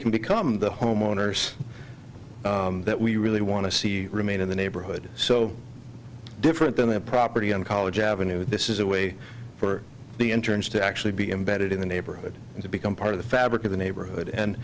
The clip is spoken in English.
can become the homeowners that we really want to see remain in the neighborhood so different than the property on college avenue this is a way for the interns to actually be embedded in the neighborhood and to become part of the fabric of the neighborhood and